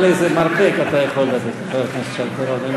אבל איזה מרפק אתה יכול לתת לחבר הכנסת שי פירון,